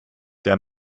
der